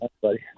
buddy